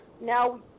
now